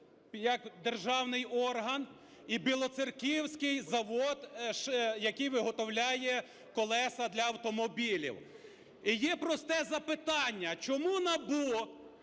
як державний орган і Білоцерківський завод, який виготовляє колеса для автомобілів. І є просте запитання: чому НАБУ